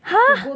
!huh!